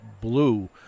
Blue